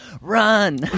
run